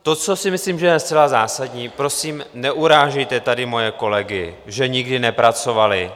To, co si myslím, že je zcela zásadní, prosím, neurážejte tady moje kolegy, že nikdy nepracovali!